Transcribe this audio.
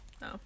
no